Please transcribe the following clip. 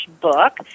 book